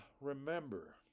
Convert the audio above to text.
remember